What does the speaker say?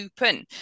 open